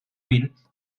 vint